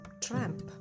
tramp